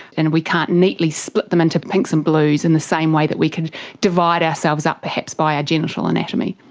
and we can't neatly split them into pinks and blues in the same way that we can divide ourselves up perhaps by our genital anatomy.